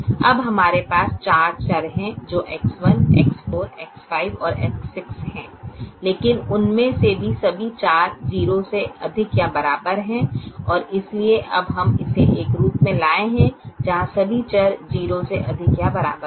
अब हमारे पास चार चर हैं जो X1 X4 X5 और X6 हैं लेकिन उनमें से सभी चार 0 से अधिक या बराबर हैं और इसलिए अब हम इसे एक रूप में लाए हैं जहां सभी चर 0 से अधिक या बराबर हैं